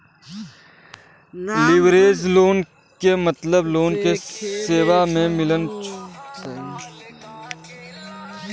leverage loan क मतलब loan क सेवा म मिलल छूट हउवे